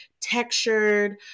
textured